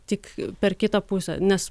tik per kitą pusę nes